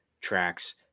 tracks